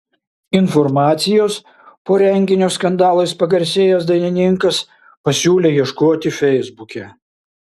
informacijos po renginio skandalais pagarsėjęs dainininkas pasiūlė ieškoti feisbuke